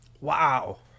Wow